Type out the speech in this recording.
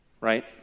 Right